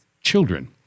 children